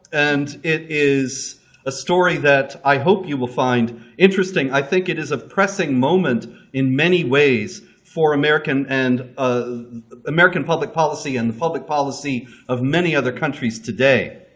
and it is a story that i hope you will find interesting. i think it is a pressing moment in many ways for american and ah american public policy and the public policy of many other countries today.